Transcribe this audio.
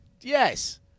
Yes